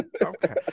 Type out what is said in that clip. Okay